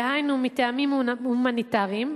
דהיינו מטעמים הומניטריים,